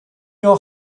your